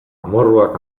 amorruak